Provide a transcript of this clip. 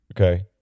Okay